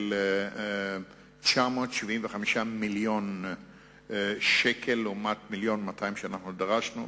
975 מיליון שקל, לעומת 1.2 מיליארד שדרשנו.